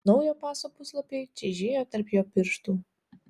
naujo paso puslapiai čežėjo tarp jo pirštų